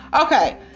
okay